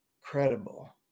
credible